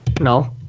No